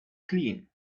clean